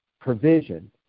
provision